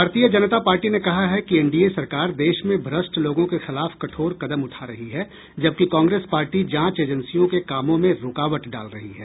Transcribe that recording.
भारतीय जनता पार्टी ने कहा है कि एनडीए सरकार देश में भ्रष्ट लोगों के खिलाफ कठोर कदम उठा रही है जबकि कांग्रेस पार्टी जांच एजेंसियों के कामों में रूकावट डाल रही है